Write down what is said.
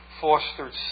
fostered